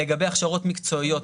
לגבי הכשרות מקצועיות,